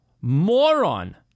moron